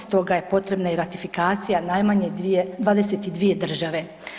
Stoga je potrebna i ratifikacija najmanje 22 države.